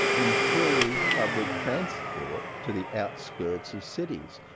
improve public transport to the outskirts of cities.